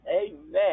Amen